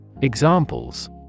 Examples